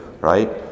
right